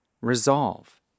Resolve